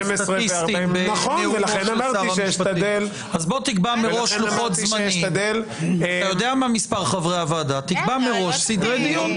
12:40. אתה יודע מה מספר חברי הוועדה אז תקבע מראש סדרי דיון.